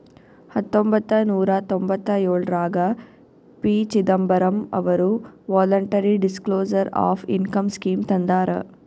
ಹತೊಂಬತ್ತ ನೂರಾ ತೊಂಭತ್ತಯೋಳ್ರಾಗ ಪಿ.ಚಿದಂಬರಂ ಅವರು voluntary disclosure of income scheme ತಂದಾರ